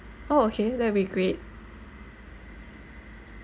oh okay that would be great